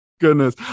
goodness